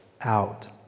out